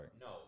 No